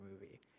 movie